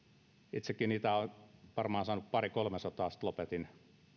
itsekin niitä olen saanut varmaan pari kolmesataa sitten lopetin